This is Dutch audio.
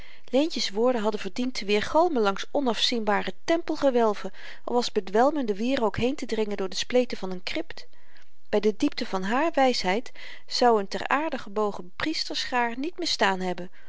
leentje's woorden hadden verdiend te weergalmen langs onafzienbare tempelgewelven of als bedwelmende wierook heentedringen door de spleten van n krypt by de diepte van haar wysheid zou n ter aarde gebogen priesterschaar niet misstaan hebben